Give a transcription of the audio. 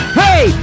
hey